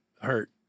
hurt